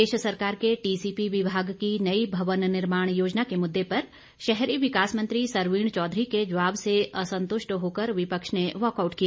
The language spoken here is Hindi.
प्रदेश सरकार के टीसीपी विभाग की नई भवन निर्माण योजना के मुद्दे पर शहरी विकास मंत्री सरवीन चौधरी के जवाब से असंतुष्ट होकर विपक्ष ने वाकआउट किया